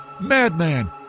Madman